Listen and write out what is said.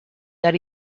that